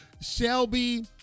Shelby